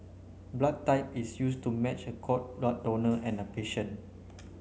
blood type is used to match a cord blood donor and a patient